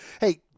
Hey